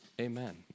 amen